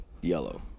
yellow